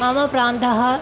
मम प्रान्तः